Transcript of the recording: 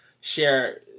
share